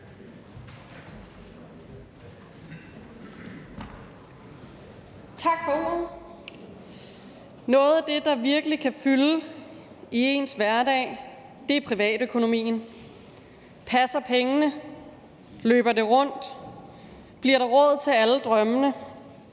Tak for ordet. Noget af det, der virkelig kan fylde i ens hverdag, er privatøkonomien. Passer pengene? Løber det rundt? Bliver der råd til alle drømmene?